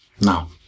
Now